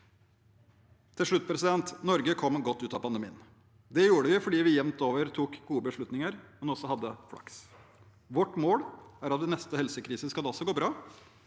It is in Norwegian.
Til slutt: Norge kom godt ut av pandemien, og det gjorde vi fordi vi jevnt over tok gode beslutninger, men også hadde flaks. Vårt mål er at ved neste helsekrise skal det også gå bra